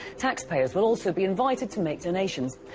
taxpayers will also be invited to make donations,